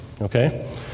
Okay